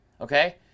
okay